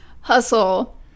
Hustle